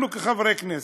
אנחנו, כחברי כנסת,